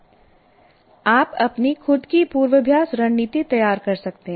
आप अपनी खुद की पूर्वाभ्यास रणनीति तैयार कर सकते हैं